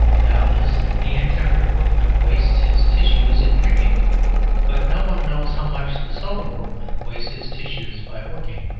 doubtless, the intemperate workman wastes his tissues in drinking but no one knows how much the sober workman wastes his tissues by working.